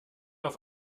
auf